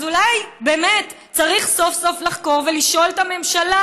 אז אולי באמת צריך סוף-סוף לחקור ולשאול את הממשלה,